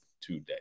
today